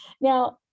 Now